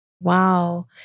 Wow